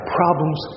problems